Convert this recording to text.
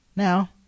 Now